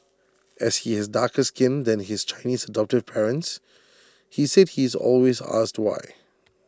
as he has darker skin than his Chinese adoptive parents he said he is always asked why